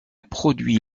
produit